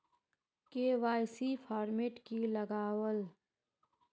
KYC format की लगावल?